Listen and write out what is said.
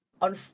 on